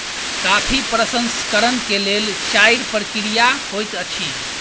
coffee प्रसंस्करण के लेल चाइर प्रक्रिया होइत अछि